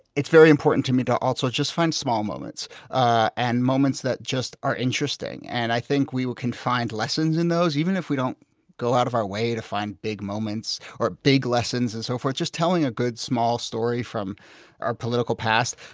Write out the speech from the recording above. it's very important to me to also just find small moments and moments that just are interesting. and i think we can find lessons in those, even if we don't go out of our way to find big moments or big lessons and so forth. just telling a good small story from our political past,